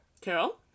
Carol